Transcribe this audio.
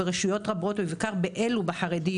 ברשויות רבות ובעיקר בחרדיות,